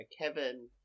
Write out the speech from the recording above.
kevin